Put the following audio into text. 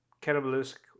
cannibalistic